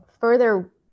further